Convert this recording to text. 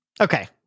Okay